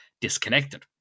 disconnected